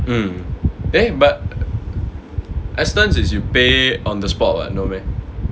mm then but Astons is you pay on the spot what no meh